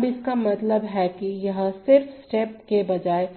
अब इसका मतलब है कि यह सिर्फ स्टेप के बजाय